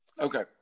Okay